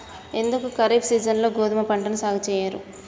ఎందుకు ఖరీఫ్ సీజన్లో గోధుమ పంటను సాగు చెయ్యరు?